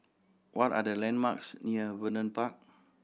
what are the landmarks near Vernon Park